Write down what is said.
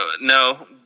no